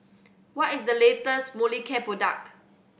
what is the latest Molicare product